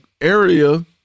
area